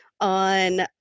on